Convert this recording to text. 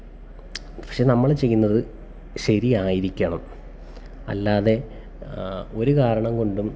പക്ഷെ നമ്മൾ ചെയ്യുന്നത് ശരിയായിരിക്കണം അല്ലാതെ ഒരു കാരണം കൊണ്ടും